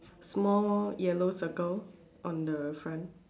small yellow circle on the front